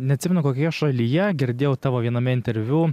neatsimenu kokioje šalyje girdėjau tavo viename interviu